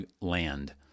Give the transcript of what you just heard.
land